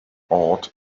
awed